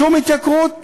שום התייקרות.